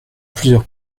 plusieurs